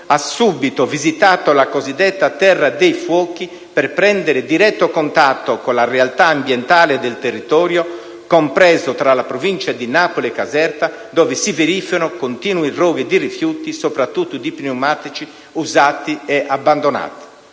ha subito visitato la cosiddetta terra dei fuochi, per prendere diretto contatto con la realtà ambientale del territorio compreso tra la provincia di Napoli e Caserta, dove si verificano continui roghi di rifiuti, soprattutto di pneumatici usati e abbandonati.